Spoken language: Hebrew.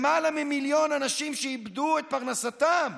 למעלה ממיליון אנשים שאיבדו את פרנסתם,